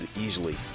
easily